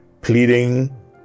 Pleading